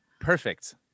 Perfect